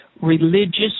religious